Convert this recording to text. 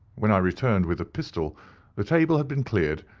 when i returned with the pistol the table had been cleared,